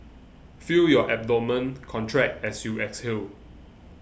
feel your abdomen contract as you exhale